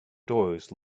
doors